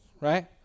Right